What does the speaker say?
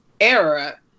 era